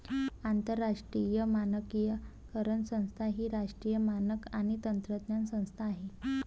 आंतरराष्ट्रीय मानकीकरण संस्था ही राष्ट्रीय मानक आणि तंत्रज्ञान संस्था आहे